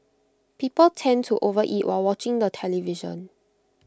people tend to overeat while watching the television